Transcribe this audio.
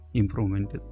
improvement